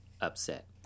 upset